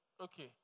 Okay